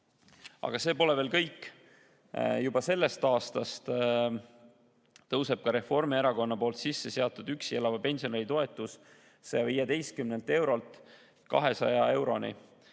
Aga see pole veel kõik. Juba sellest aastast tõuseb Reformierakonna sisse seatud üksi elava pensionäri toetus 115 eurolt 200 euroni.